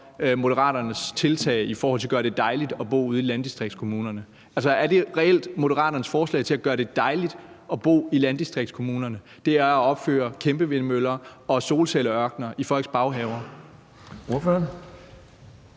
Moderaternes tiltag for at gøre det dejligt at bo ude i landdistriktskommunerne. Er det reelt Moderaternes forslag til at gøre det dejligt at bo i landdistriktskommunerne at opføre kæmpevindmøller og solcelleørkener i folks baghaver?